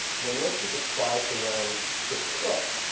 when most people try to learn to cook,